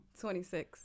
26